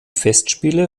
festspiele